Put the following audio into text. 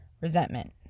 resentment